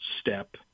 step